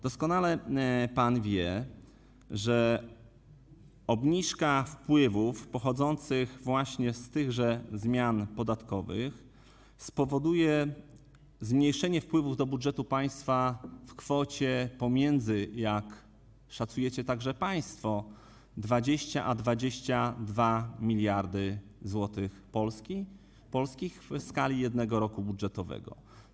Doskonale pan wie, że obniżka wpływów pochodzących właśnie z tychże zmian podatkowych spowoduje zmniejszenie wpływów do budżetu państwa w kwocie pomiędzy, jak szacujecie także państwo, 20 a 22 mld zł polskich w skali jednego roku budżetowego.